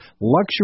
luxury